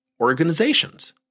organizations